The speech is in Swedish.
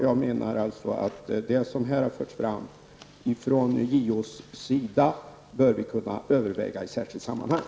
Jag menar alltså att det som här förts fram från JOs sida bör vi kunna överväga i ett särskilt sammanhang.